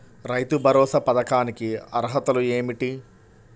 రైతు భరోసా పథకానికి అర్హతలు ఏమిటీ?